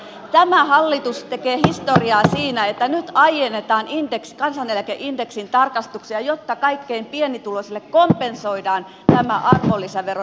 tämä hallitus tekee historiaa siinä että nyt aiennetaan kansaneläkeindeksin tarkistuksia jotta kaikkein pienituloisimmille kompensoidaan tämä arvonlisäveron nousu